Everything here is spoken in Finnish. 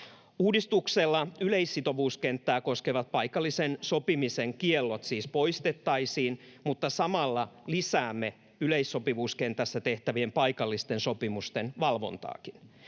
Uudistuksella yleissitovuuskenttää koskevat paikallisen sopimisen kiellot siis poistettaisiin, mutta samalla lisäämme yleissopivuuskentässä tehtävien paikallisten sopimusten valvontaakin.